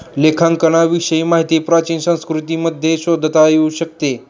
लेखांकनाविषयी माहिती प्राचीन संस्कृतींमध्ये शोधता येऊ शकते